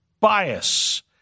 Bias